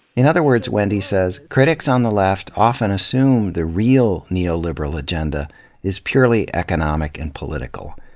in other words, wendy says, critics on the left often assume the real neoliberal agenda is purely economic and political.